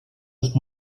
ist